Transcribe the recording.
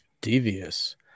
devious